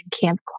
Camp